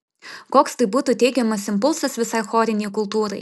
koks tai būtų teigiamas impulsas visai chorinei kultūrai